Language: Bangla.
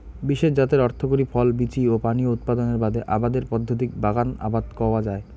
বিশেষ জাতের অর্থকরী ফল, বীচি ও পানীয় উৎপাদনের বাদে আবাদের পদ্ধতিক বাগান আবাদ কওয়া যায়